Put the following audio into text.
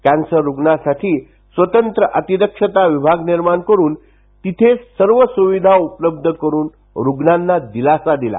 cancer रुग्णासाठी स्वतंत्र अतिदक्षता विभाग निर्माण करून तिथे सर्व सुविधा उपलब्ध करुन रुग्णांना दिलासा दिला